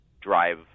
drive